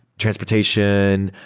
transportation,